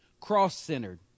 cross-centered